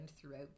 throughout